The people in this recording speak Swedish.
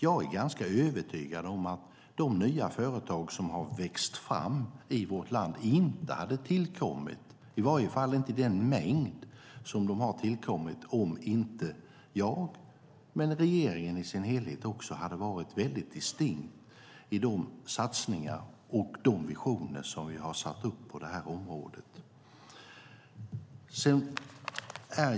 Jag är övertygad om att de nya företag som har vuxit fram i vårt land inte hade tillkommit, i varje fall inte i den mängd som de har tillkommit, om inte jag och regeringen i sin helhet hade varit distinkt i de satsningar och visioner som vi har satt upp på området.